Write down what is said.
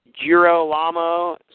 Girolamo